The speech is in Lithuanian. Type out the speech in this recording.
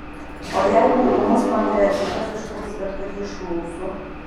o jeigu ūmus pankreatitas užklups bet kurį iš mūsų